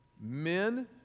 Men